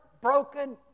broken